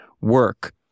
work